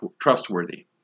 trustworthy